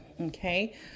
Okay